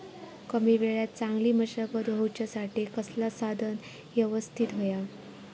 कमी वेळात चांगली मशागत होऊच्यासाठी कसला साधन यवस्तित होया?